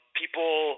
people